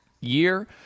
year